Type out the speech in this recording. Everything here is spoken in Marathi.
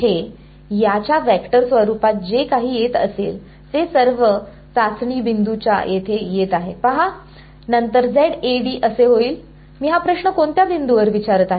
हे याच्या वेक्टर स्वरूपात जे काही येत आहे ते येथे सर्व चाचणी बिंदू च्या येथे येत आहे पहा नंतर असे होईल मी हा प्रश्न कोणत्या बिंदूवर विचारत आहे